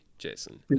jason